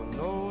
no